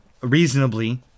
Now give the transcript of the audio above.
reasonably